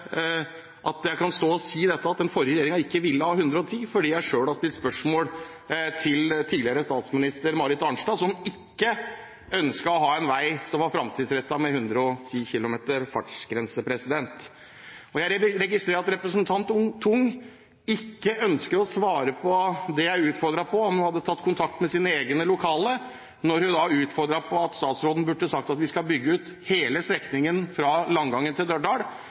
at jeg kan stå her å si at den forrige regjeringen ikke ville ha 110 km/t fartsgrense, fordi jeg selv stilte spørsmål til tidligere statsminister Marit Arnstad som ikke ønsket å ha en vei som var framtidsrettet, med 110 km fartsgrense. Jeg registrerer at representanten Tung ikke ønsker å svare på det jeg utfordret henne på, om hun hadde tatt kontakt med sine egne lokalpolitikere, når hun ble utfordret på at statsråden burde sagt at vi skal bygge ut hele strekningen fra Langangen til Dørdal,